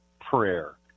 prayer